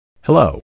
Hello